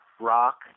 rock